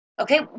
Okay